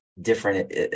different